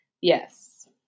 yes